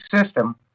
system